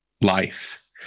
life